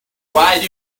why